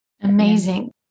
Amazing